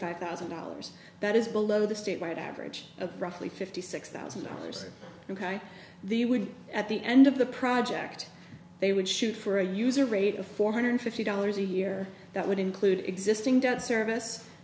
five thousand dollars that is below the statewide average of roughly fifty six thousand dollars ok the would be at the end of the project they would shoot for a user rate of four hundred fifty dollars a year that would include existing debt service